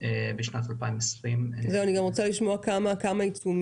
בשנת 2020. אני גם רוצה לשמוע אם יש